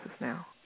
Now